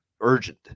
urgent